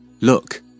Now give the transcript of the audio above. Look